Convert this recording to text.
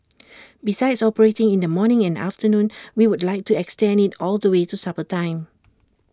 besides operating in the morning in the afternoon we would like to extend IT all the way to supper time